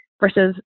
versus